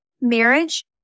marriage